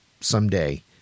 someday